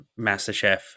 MasterChef